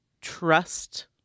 trust